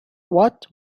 what